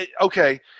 okay